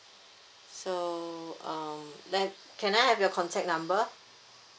so um then can I have your contact number